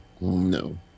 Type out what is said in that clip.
No